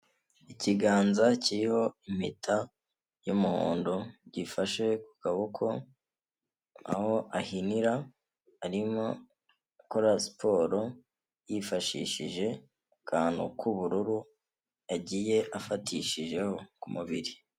Ikiganza kiriho impeta y'umuhondo, gifashe ku kaboko aho ahinira, arimo akora siporo yifashishije akantu k'ubururu, yagiye afatishijeho ku mubiri.